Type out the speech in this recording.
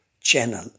Channel